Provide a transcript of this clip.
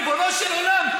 ריבונו של עולם.